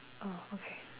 oh okay